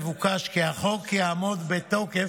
מבוקש כי החוק יעמוד בתוקף,